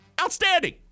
Outstanding